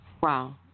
Wow